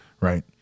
right